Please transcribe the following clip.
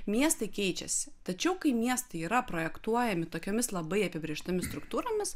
miestai keičiasi tačiau kai miestai yra projektuojami tokiomis labai apibrėžtomis struktūromis